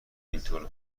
اینطوره